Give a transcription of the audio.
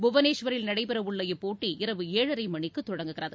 புவனேஷ்வரில் நடைபெறவுள்ள இப்போட்டி இரவு ஏழரை மணிக்கு தொடங்குகிறது